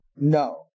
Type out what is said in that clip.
No